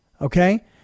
Okay